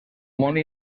molt